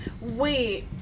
Wait